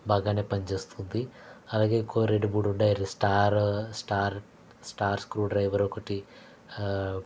బాగానే పనిచేస్తుంది అలాగే ఇంకో రెండు మూడు ఉండాయ్ అంటే star star star screwdriver ఒకటి